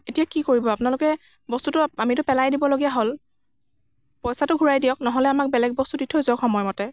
এতিয়া কি কৰিব আপোনালোকে বস্তুটো আমিতো পেলাই দিবলগীয়া হ'ল পইচাটো ঘূৰাই দিয়ক নহ'লে আমাক বেলেগ বস্তু দি থৈ যাওক সময়মতে